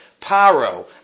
Paro